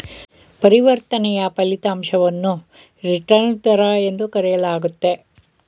ಪರಿವರ್ತನೆಯ ಫಲಿತಾಂಶವನ್ನು ರಿಟರ್ನ್ ದರ ಎಂದು ಕರೆಯಲಾಗುತ್ತೆ